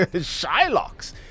Shylocks